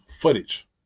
footage